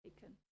taken